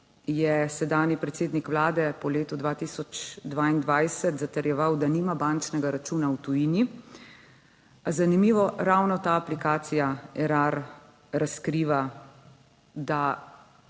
je sedanji predsednik Vlade po letu 2022 zatrjeval, da nima bančnega računa v tujini. Z zanimivo, ravno ta aplikacija Erar razkriva, da